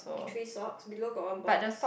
three socks below got one box